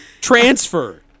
transfer